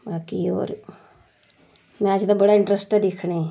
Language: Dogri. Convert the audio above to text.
बाकी होर मैच दा बड़ा इंट्रस्ट ऐ दिक्खने ई